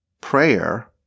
prayer